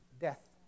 Death